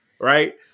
Right